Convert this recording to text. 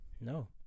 no